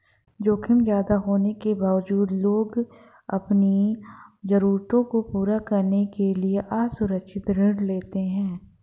जोखिम ज्यादा होने के बावजूद लोग अपनी जरूरतों को पूरा करने के लिए असुरक्षित ऋण लेते हैं